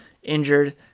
injured